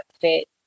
fit